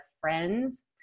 friends